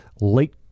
late